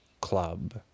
club